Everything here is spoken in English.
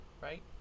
Right